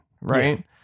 right